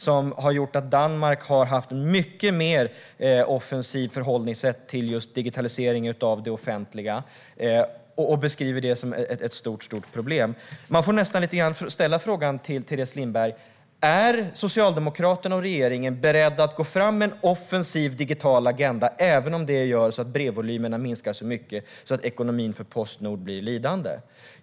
Den har gjort att Danmark har ett mycket mer offensivt förhållningssätt till digitalisering av det offentliga. Det beskriver Teres Lindberg som ett stort problem. Jag måste fråga: Är Socialdemokraterna och regeringen beredda att gå fram med en offensiv digital agenda även om det gör att brevvolymerna minskar så mycket att ekonomin för Postnord blir lidande?